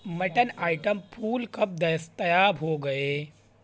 mutton item پھول کب دستیاب ہو گئے